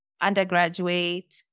undergraduate